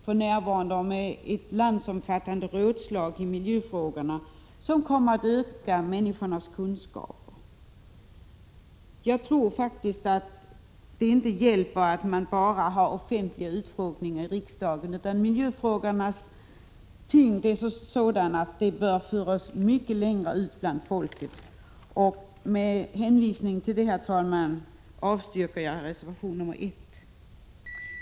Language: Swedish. Det rör sig om ett landsomfattande rådslag i miljöfrågorna, och detta kommer att öka människornas kunskaper. Jag tror faktiskt inte att det hjälper med bara offentliga utfrågningar i riksdagen. Miljöfrågornas tyngd är så stor att frågorna i mycket större utsträckning bör föras ut till folket. Herr talman! Med hänvisning till detta yrkar jag avslag på reservationen 1.